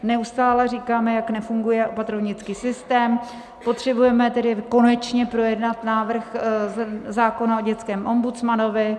Neustále říkáme, jak nefunguje opatrovnický systém, potřebujeme tedy konečně projednat návrh zákona o dětském ombudsmanovi.